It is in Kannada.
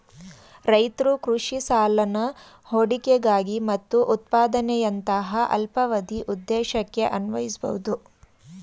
ರೈತ್ರು ಕೃಷಿ ಸಾಲನ ಹೂಡಿಕೆಗಾಗಿ ಮತ್ತು ಉತ್ಪಾದನೆಯಂತಹ ಅಲ್ಪಾವಧಿ ಉದ್ದೇಶಕ್ಕೆ ಅನ್ವಯಿಸ್ಬೋದು